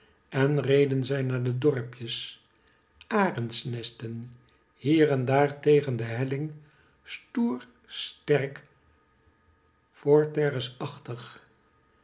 en reden zij naar de dorpjes arendsnesten hier en daar tegen de helling stoer sterk